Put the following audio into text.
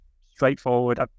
straightforward